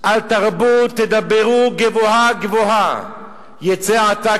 אל תרבו תדברו גבוהה גבוהה יצא עתק